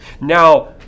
Now